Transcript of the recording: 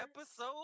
episode